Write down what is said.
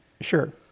Sure